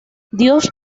dios